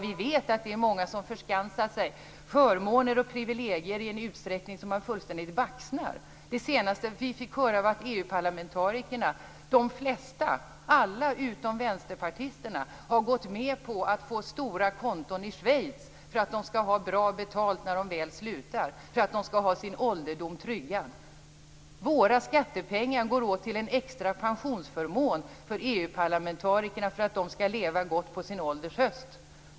Vi vet att det är många som skaffat sig förmåner och privilegier i en utsträckning så att man fullständigt baxnar. Det senaste vi fick höra var att de flesta EU-parlamentarikerna, alla utom vänsterpartisterna, har gått med på att få stora konton i Schweiz för att de skall ha bra betalt när de väl slutar, för att de skall ha sin ålderdom tryggad. Våra skattepengar går åt till en extra pensionsförmån för EU-parlamentarikerna, för att de skall leva gott på sin ålders höst.